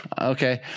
okay